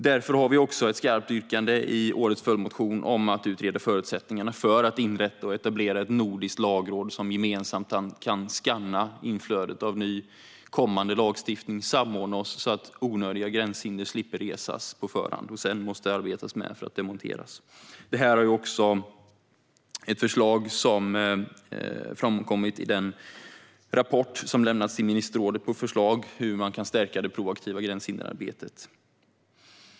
Därför har vi också ett skarpt yrkande i årets följdmotion om att utreda förutsättningarna för att inrätta och etablera ett nordiskt lagråd som gemensamt kan skanna inflödet av ny kommande lagstiftning och samordna oss, så att man slipper resa onödiga gränshinder som man sedan måste arbeta med att demontera. Det här är också ett förslag som framkommit i den rapport som lämnats i ministerrådet med förslag på hur man kan stärka det proaktiva gränshinderarbetet.